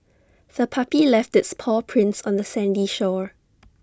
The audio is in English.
the puppy left its paw prints on the sandy shore